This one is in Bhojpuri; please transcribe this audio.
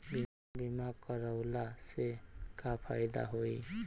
बीमा करवला से का फायदा होयी?